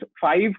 five